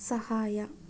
ಸಹಾಯ